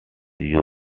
you